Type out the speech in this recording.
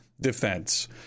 defense